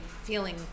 feeling